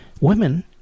Women